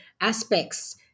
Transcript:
aspects